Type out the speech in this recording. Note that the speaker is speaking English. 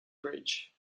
bridge